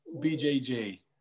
B-J-J